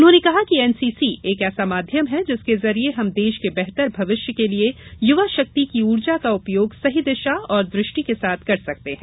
उन्होंने कहा कि एनसीसी एक ऐसा माध्यम है जिसके जरिए हम देश के बेहतर भविष्य के लिए युवा शक्ति की ऊर्जा का उपयोग सही दिशा और दृष्टि के साथ कर सकते हैं